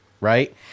right